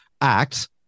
Act